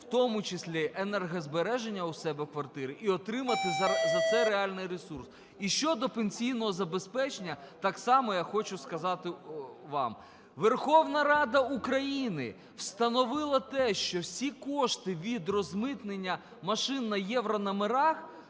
в тому числі енергозбереження у себе в квартирі і отримати за це реальний ресурс. І щодо пенсійного забезпечення. Так само я хочу сказати вам: Верховна Рада України встановила те, що всі кошти від розмитнення машин на єврономерах